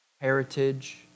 heritage